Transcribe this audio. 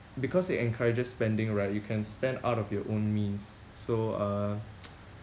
because it encourages spending right you can spend out of your own means so uh